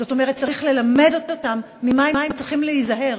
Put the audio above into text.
זאת אומרת, צריך ללמד אותם ממה הם צריכים להיזהר.